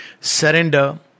Surrender